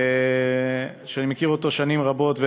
שאני מכיר שנים רבות.